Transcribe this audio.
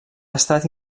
estat